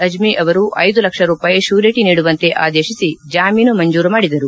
ಅಜ್ಮಿ ಅವರು ಐದು ಲಕ್ಷ ರೂಪಾಯಿ ಕ್ಕೂರಿಟಿ ನೀಡುವಂತೆ ಆದೇಶಿಸಿ ಜಾಮೀನು ಮಂಜೂರು ಮಾಡಿದರು